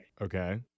Okay